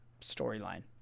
storyline